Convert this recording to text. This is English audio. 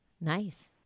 Nice